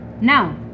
Now